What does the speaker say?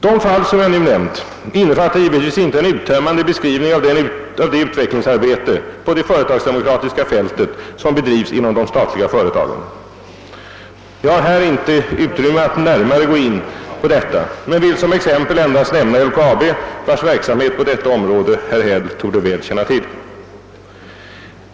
De fall som jag nu nämnt innefattar givetvis inte en uttömmande beskrivning av det utvecklingsarbete på det företagsdemokratiska fältet som bedrivs inom de statliga företagen. Jag har här inte utrymme att närmare gå in på detta men vill som exempel endast nämna LKAB, vars verksamhet på detta område herr Häll torde väl känna till.